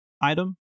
item